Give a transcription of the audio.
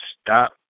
stop